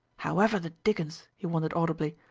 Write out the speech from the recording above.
however the dickens, he wondered audibly,